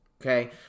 Okay